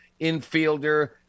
infielder